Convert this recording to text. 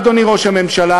אדוני ראש הממשלה,